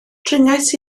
dringais